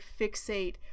fixate